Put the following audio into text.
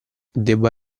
debba